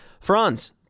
Franz